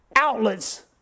Outlets